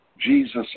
Jesus